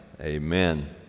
amen